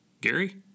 Gary